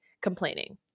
complaining